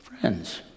Friends